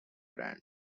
brand